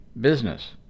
Business